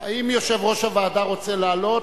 האם יושב-ראש הוועדה רוצה לעלות,